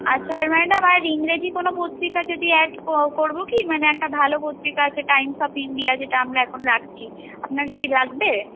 আচ্ছা আর ম্যাডাম আর ইংরেজি কোনো পত্রিকা যদি অ্যাড করবো কি মানে একটা ভালো পত্রিকা আছে টাইমস অফ ইন্ডিয়া যেটা আমরা এখন রাখছি আপনার কি লাগবে